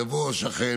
יבוא השכן,